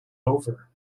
over